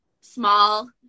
small